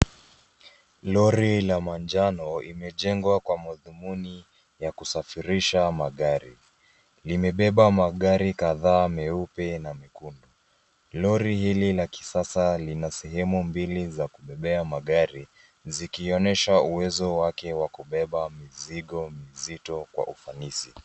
Lori la manjano limejengwa kwa mdhumuni ya kusafirisha magari. Limebeba magari kadhaa meupe na mekundu. Lori hili la kisasa lina sehemu mbili za kubebea magari zikionyesha uwezo wake wa kubeba mzigo mzito kwa ufanisi.